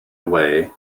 away